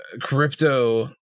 crypto